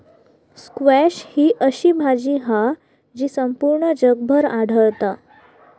squash ही अशी भाजी हा जी संपूर्ण जगभर आढळता